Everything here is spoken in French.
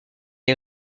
les